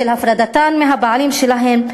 של הפרדתן מהבעלים שלהן,